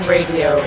Radio